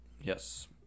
Yes